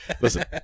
Listen